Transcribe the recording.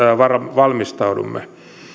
valmistaudumme